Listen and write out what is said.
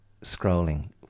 scrolling